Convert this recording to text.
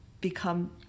become